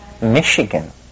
Michigan